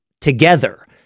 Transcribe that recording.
together